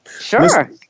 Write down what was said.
Sure